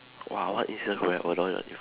!wah! what